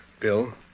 Bill